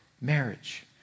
marriage